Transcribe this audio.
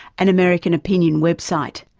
an american opinion website,